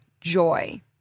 joy